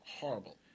Horrible